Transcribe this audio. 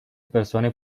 persoane